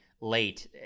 late